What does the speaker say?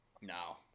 No